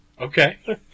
Okay